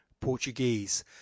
Portuguese